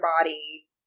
body